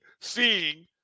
seeing